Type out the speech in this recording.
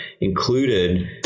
included